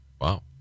Wow